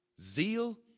zeal